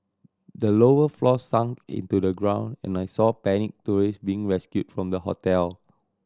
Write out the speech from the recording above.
the lower floors sunk into the ground and I saw panicked tourist being rescued from the hotel